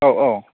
औ औ